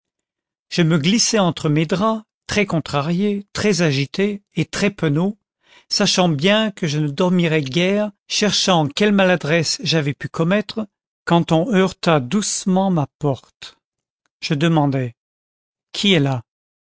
je me glissais entre mes draps très contrarié très agité et très penaud sachant bien que je ne dormirais guère cherchant quelle maladresse j'avais pu commettre quand on heurta doucement ma porte je demandai qui est là